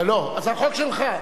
לא, זה החוק שלך.